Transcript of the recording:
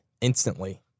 instantly